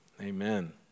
Amen